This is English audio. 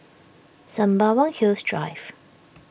Sembawang Hills Drive